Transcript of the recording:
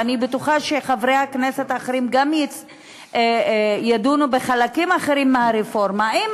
ואני בטוחה שחברי הכנסת האחרים ידונו גם בחלקים אחרים של הרפורמה אם